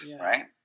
right